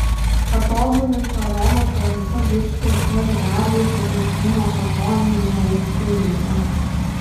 patobulinta roboto ranka bus skirta ir darbui fukušimos atominėje elektrinėje